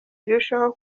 birusheho